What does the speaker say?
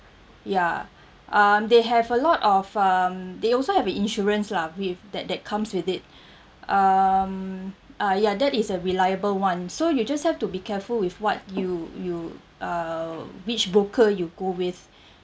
ya um they have a lot of um they also have a insurance lah with that that comes with it um uh ya that is a reliable one so you just have to be careful with what you you uh which broker you go with